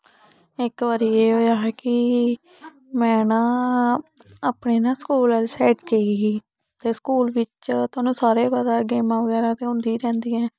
इक बारी एह् होया हा की में ना अपने ना स्कूल आह्ली साइड गेई ही ते स्कूल बिच्च थोहानू सारें गी पता गेमां वगैरा होंदी रैहंदियां